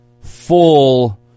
full